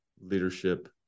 leadership